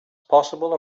possible